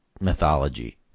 mythology